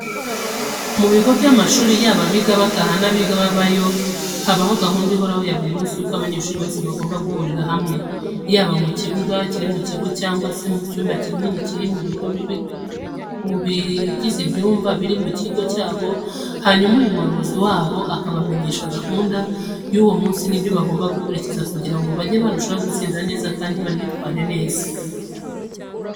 Mu bigo by'amashuri yaba abiga bataha n'abiga babayo, habaho gahunda ihoraho ya buri munsi y'uko abanyeshuri bose bagomba guhurira hamwe, yaba mu kibuga kiri mu kigo bigamo cyangwa se mu cyumba kimwe kinini mu bigize ibyumba biri mu kigo cyabo, hanyuma umuyobozi wabo akabamenyesha gahunda y'uwo munsi n'ibyo bagomba gukurikiza kugira ngo bajye barushaho gutsinda neza kandi banitwara neza.